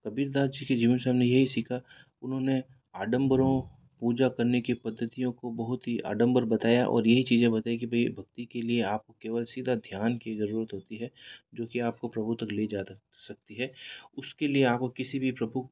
कबीर दास जी के जीवन से हम ने यही सीखा उन्होंने आडम्बरों पूजा करने की पद्धतियों को बहुत ही आडम्बर बताया और यही चीजें बताई कि भई भक्ति के लिए आपको केवल सीधा ध्यान की जरूरत होती है जो कि आपको प्रभु तक ले जा सकती है उसके लिए आपको किसी भी प्रभु